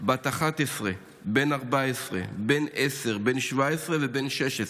בת 11, בן 14, בן 10, בן 17 ובן 16,